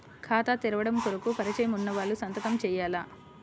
ఖాతా తెరవడం కొరకు పరిచయము వున్నవాళ్లు సంతకము చేయాలా?